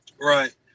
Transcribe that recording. Right